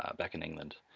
ah back in england.